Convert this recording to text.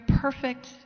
perfect